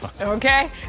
okay